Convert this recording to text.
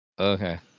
Okay